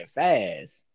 fast